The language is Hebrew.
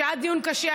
שהיה דיון קשה,